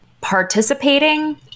participating